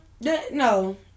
no